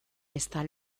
ezta